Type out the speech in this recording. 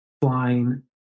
flying